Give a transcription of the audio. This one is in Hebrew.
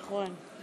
נכון.